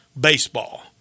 baseball